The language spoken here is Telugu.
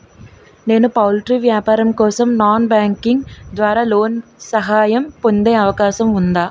నేను పౌల్ట్రీ వ్యాపారం కోసం నాన్ బ్యాంకింగ్ ద్వారా లోన్ సహాయం పొందే అవకాశం ఉందా?